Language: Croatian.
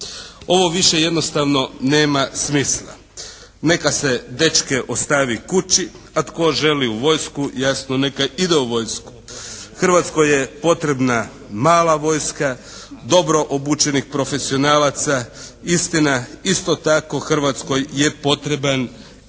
Ovo više jednostavno nema smisla. Neka se dečke ostavi kući, a tko želi u vojsku jasno neka ide u vojsku. Hrvatskoj je potrebna mala vojska, dobro obučenih profesionalaca. Istina isto tako Hrvatskoj je potreban